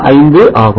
0705 ஆகும்